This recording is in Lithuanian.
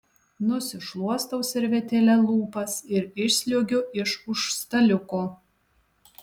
nusišluostau servetėle lūpas ir išsliuogiu iš už staliuko